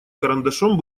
карандашом